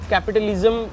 Capitalism